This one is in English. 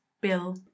bill